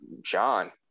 John